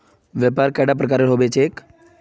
व्यापार कैडा प्रकारेर होबे चेक?